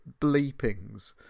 bleepings